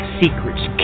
secrets